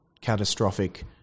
catastrophic